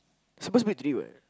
suppose to be three what